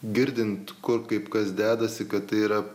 girdint kur kaip kas dedasi kad tai yra